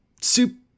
Soup